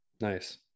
Nice